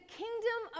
kingdom